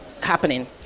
happening